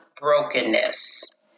Brokenness